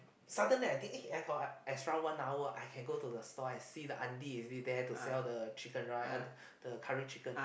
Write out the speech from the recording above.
suddenly I think eh I got extra one hour I can go to the stall and see the aunty is it there to sell the chicken rice uh the curry chicken